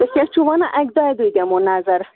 تُہۍ کیٛاہ چھُ وَنان اَکہِ دۄیہِ دُے دمو نظر